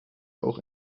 auch